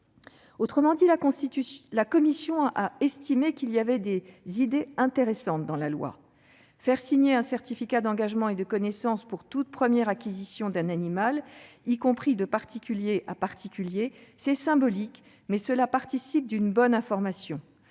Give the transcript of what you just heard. Autrement dit, la commission a estimé qu'il y avait des idées intéressantes dans la loi : faire signer un certificat d'engagement et de connaissance pour toute première acquisition d'un animal, y compris de particulier à particulier, c'est symbolique, mais cela participe d'une bonne information.